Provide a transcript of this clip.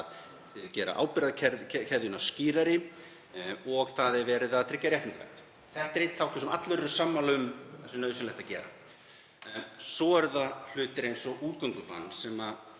gera ábyrgðarkeðjuna skýrari og það er verið að tryggja réttindavernd. Þetta er þáttur sem allir eru sammála um að sé nauðsynlegt að gera. Svo eru það hlutir eins og útgöngubann, sem